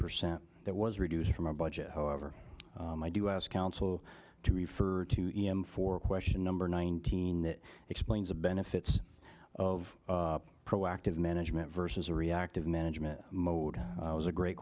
percent that was reduced from a budget however i do ask counsel to refer to him for question number nineteen that explains the benefits of proactive management versus a reactive management mode was a great